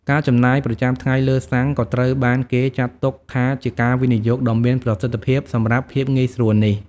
ការចំណាយប្រចាំថ្ងៃលើសាំងក៏ត្រូវបានគេចាត់ទុកថាជាការវិនិយោគដ៏មានប្រសិទ្ធភាពសម្រាប់ភាពងាយស្រួលនេះ។